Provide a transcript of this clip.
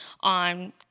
on